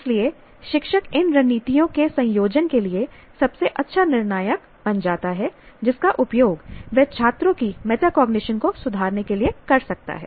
इसलिए शिक्षक इन रणनीतियों के संयोजन के लिए सबसे अच्छा निर्णायक बन जाता है जिसका उपयोग वह छात्रों की मेटाकॉग्निशन को सुधारने के लिए कर सकता है